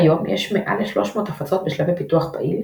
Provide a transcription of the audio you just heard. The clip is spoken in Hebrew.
כיום יש מעל לשלוש מאות הפצות בשלבי פיתוח פעיל,